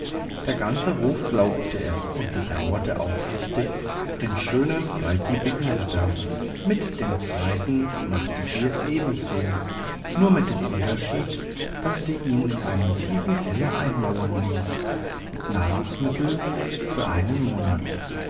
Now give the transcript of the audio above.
der ganze hof glaubte es und betrauerte aufrichtig den schönen freigebigen ritter mit dem zweiten machte sie es ebenso nur mit dem unterschied daß sie ihn in einen tiefen keller einmauern ließ mit nahrungsmitteln für einen monat